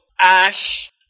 Ash